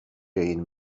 این